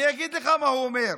אני אגיד לך מה הוא אומר.